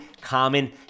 common